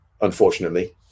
Unfortunately